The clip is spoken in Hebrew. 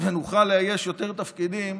ונוכל לאייש יותר תפקידים,